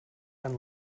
and